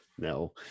No